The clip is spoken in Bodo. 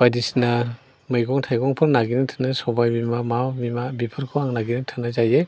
बायदिसिना मैगं थाइगंफोर नागिरनो थोनो सबायबिमा मा बिमा बेफोरखौ आं नागिरनो थोननाय जायो